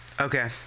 Okay